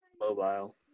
Mobile